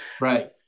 Right